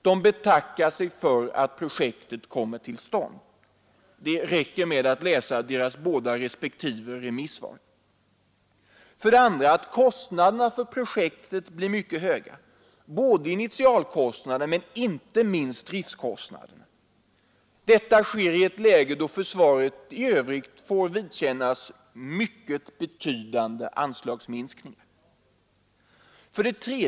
De betackar sig för att projektet kommer till stånd. Det räcker med att läsa deras respektive remissvar. 2. Kostnaderna för projektet blir mycket höga, både initialkostnaderna och inte minst driftkostnaderna. Detta sker i ett läge då försvaret i övrigt får vidkännas mycket betydande anslagsminskningar. 3.